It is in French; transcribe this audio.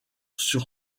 sur